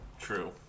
True